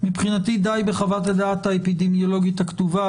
מבחינתי די בחוות הדעת האפידמיולוגית הכתובה,